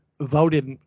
voted